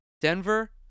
Denver